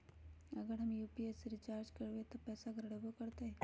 अगर हम यू.पी.आई से रिचार्ज करबै त पैसा गड़बड़ाई वो करतई?